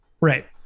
Right